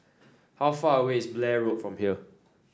how far away is Blair Road from here